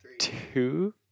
two